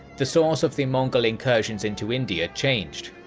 the source of the mongol incursions into india changed.